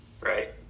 right